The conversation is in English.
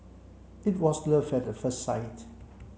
it was love at the first sight